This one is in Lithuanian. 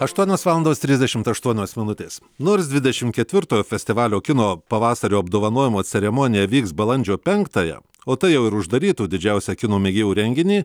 aštuonios valandos trisdešimt aštuonios minutės nors dvidešim ketvirtojo festivalio kino pavasario apdovanojimo ceremonija vyks balandžio penktąją o tai jau ir uždarytų didžiausią kino mėgėjų renginį